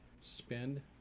Spend